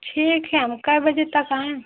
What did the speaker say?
ठीक है हम कै बजे तक आए